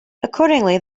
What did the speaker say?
accordingly